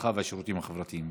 הרווחה והשירותים החברתיים.